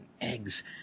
eggs